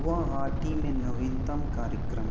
गुवाहाटी में नवीनतम कार्यक्रम